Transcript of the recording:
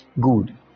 Good